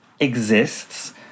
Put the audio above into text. exists